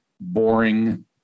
boring